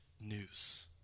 news